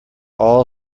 all